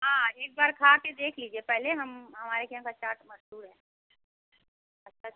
हाँ एक बार खा कर देख लीजिए पहले हम हमारे यहाँ का चाट मशहूर है अच्छा